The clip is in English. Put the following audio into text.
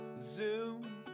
Zoom